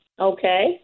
Okay